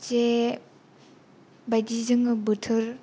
जे बायदि जोङो बोथोर